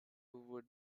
would